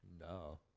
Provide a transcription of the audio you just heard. No